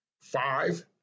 Five